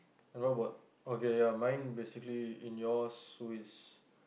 and what about okay ya mine basically in yours who is